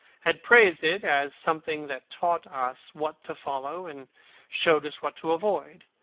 had praised it as something that taught us what to follow and showed us what to avoid.